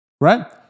right